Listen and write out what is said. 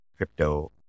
crypto